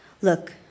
Look